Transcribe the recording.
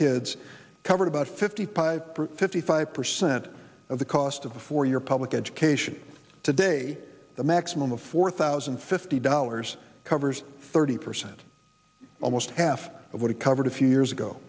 kids covered about fifty five fifty five percent of the cost of a four year public education today the maximum of four thousand and fifty dollars covers thirty percent almost half of what it covered a few years ago